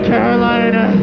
Carolina